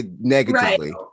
negatively